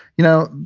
you know,